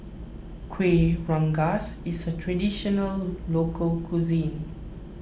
Kuih Rengas is a Traditional Local Cuisine